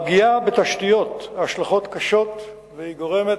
לפגיעה בתשתיות השלכות קשות והיא גורמת